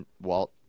Walt